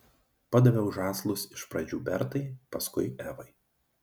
padaviau žąslus iš pradžių bertai paskui evai